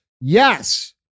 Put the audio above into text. Yes